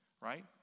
right